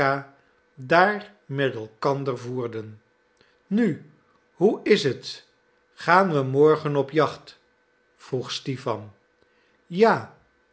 daar met elkander voerden nu hoe is het gaan we morgen op de jacht vroeg stipan ja